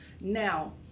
now